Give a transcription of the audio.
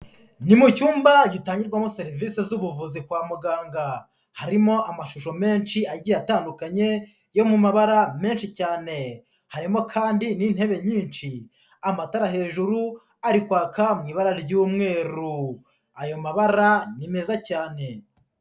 Ni mu cyumba gitangirwamo serivisi z'ubuvuzi kwa muganga, harimo amashusho menshi agiye atandukanye yo mu mabara menshi cyane, harimo kandi n'intebe nyinshi amatara hejuru ari kwaka mu ibara ry'umweru, ayo mabara ni meza cyane.